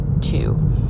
two